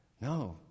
No